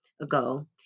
ago